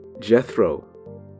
Jethro